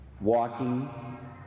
walking